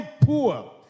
poor